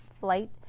flight